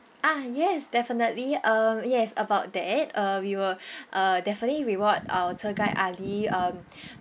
ah yes definitely um yes about that uh we will uh definitely reward our tour guide ali uh